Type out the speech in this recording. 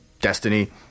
destiny